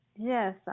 Yes